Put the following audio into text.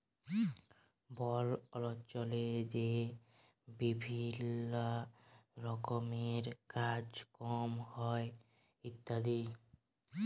বল অল্চলে যে বিভিল্ল্য রকমের কাজ কম হ্যয় ইত্যাদি